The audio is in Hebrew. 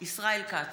ישראל כץ,